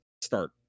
start